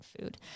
food